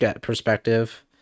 perspective